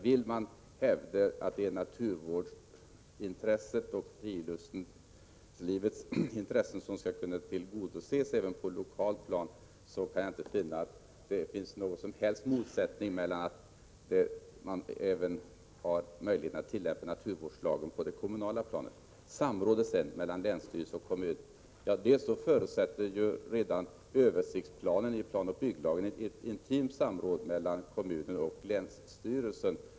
Vill man hävda att naturvårdsintresset och friluftslivets intressen skall kunna tillgodoses även på lokalt plan, kan jag inte finna att det finns någon som helst motsättning i att man även på det kommunala planet har möjlighet att tillämpa naturvårdslagen. Sedan vill jag beröra samrådet mellan länsstyrelse och kommun. Redan översiktsplanen i planoch bygglagen förutsätter ett intimt samråd mellan kommuner och länsstyrelser.